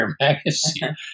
magazine